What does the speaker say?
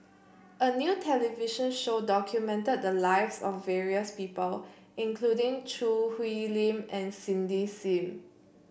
a new television show documented the lives of various people including Choo Hwee Lim and Cindy Sim